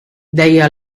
deia